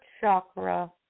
chakra